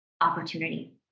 opportunity